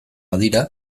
badira